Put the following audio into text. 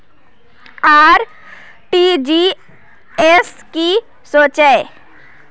RTGS की होचए?